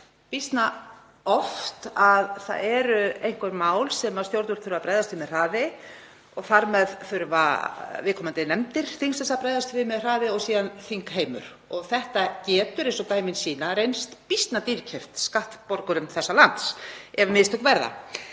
býsna oft. Það eru einhver mál þar sem stjórnvöld þurfa að bregðast við með hraði og þar með þurfa viðkomandi nefndir þingsins að bregðast við með hraði og síðan þingheimur. Það getur, eins og dæmin sýna, reynst býsna dýrkeypt skattborgurum þessa lands ef mistök verða.